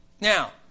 Now